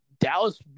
Dallas